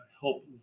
help